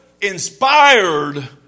inspired